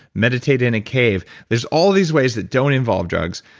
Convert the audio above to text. meditate in a cave. there's all these ways that don't involve drugs.